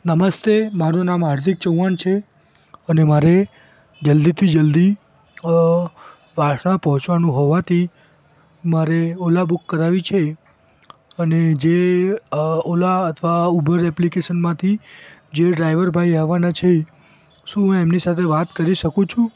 નમસ્તે મારું નામ હાર્દિક ચૌહાણ છે અને મારે જલ્દીથી જલ્દી પાર્સલ પહોંચવાનું હોવાથી મારે ઓલા બુક કરાવવી છે અને જે ઓલા અથવા ઉબર ઍપ્લિકેશનમાંથી જે ડ્રાઈવર ભાઈ આવવાના છે શું હું એમની સાથે વાત કરી શકું છું